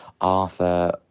Arthur